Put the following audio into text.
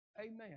Amen